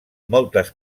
moltes